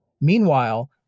Meanwhile